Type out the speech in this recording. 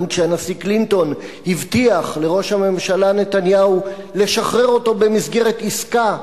גם כשהנשיא קלינטון הבטיח לראש הממשלה נתניהו לשחרר אותו במסגרת עסקה,